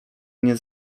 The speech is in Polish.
nie